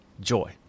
joy